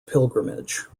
pilgrimage